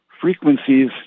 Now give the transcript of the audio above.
frequencies